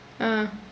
ah